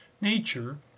nature